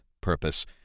purpose